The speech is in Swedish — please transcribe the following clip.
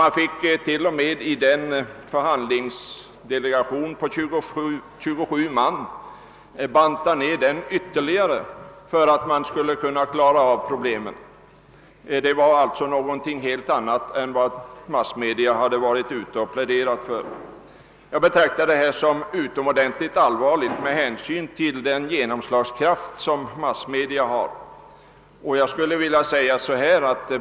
Man fick t.o.m. ytterligare banta ned förhandlingsdelegationen — som bestod av 27 man — för att kunna klara av problemen. Det blev alltså något helt annat än vad massmedia hade pläderat för. Jag betraktar detta som utomordentligt viktigt med hänsyn till den genomslagskraft som massmedia har.